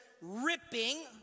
ripping